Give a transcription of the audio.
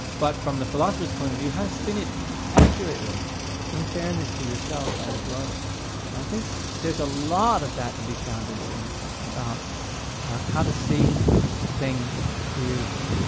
but from the philosopher's point of view, how to spin it accurately in fairness to yourself and to others. and i think there's a lot of that to be found in seneca, about how to see things clearly,